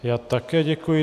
Já také děkuji.